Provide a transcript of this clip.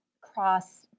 cross